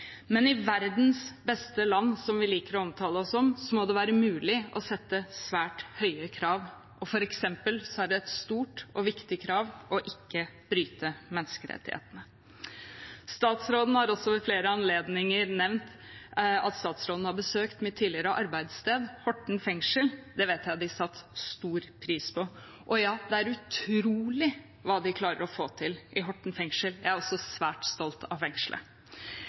Men i verdens beste land, som vi liker å omtale oss som, må det være mulig å sette svært høye krav. Det er f.eks. et stort og viktig krav å ikke bryte menneskerettighetene. Statsråden har også ved flere anledninger nevnt at hun har besøkt mitt tidligere arbeidssted, Horten fengsel. Det vet jeg at de satte stor pris på. Det er utrolig hva de klarer å få til i Horten fengsel – jeg er også svært stolt av fengselet.